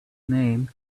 name